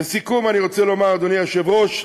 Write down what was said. לסיכום, אני רוצה לומר, אדוני היושב-ראש,